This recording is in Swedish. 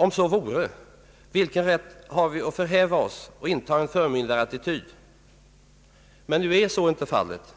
Om så vore — vilken rätt har vi att förhäva oss och inta en förmyndarattityd? Men nu är så inte fallet.